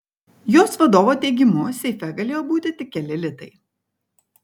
jos vadovo teigimu seife galėjo būti tik keli litai